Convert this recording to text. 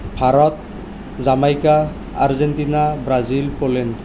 Bharat Jamaica Argentina Brazil Poland